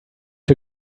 ein